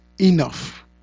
enough